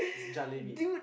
it's jalebi